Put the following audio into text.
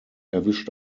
erwischt